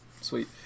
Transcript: sweet